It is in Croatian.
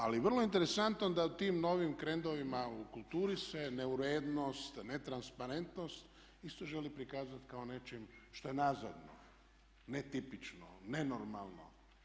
Ali vrlo interesantno je da u tim novim trendovima u kulturi se neurednost, netransparentnost isto želi prikazati kao nešto što je nazadno, netipično, nenormalno.